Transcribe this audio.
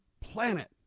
planet